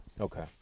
Okay